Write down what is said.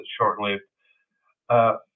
short-lived